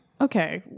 okay